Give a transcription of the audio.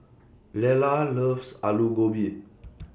Lella loves Aloo Gobi